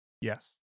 Yes